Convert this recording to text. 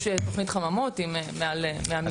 יש תוכנית חממות עם מעל 100 מיליון שקל.